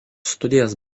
studijas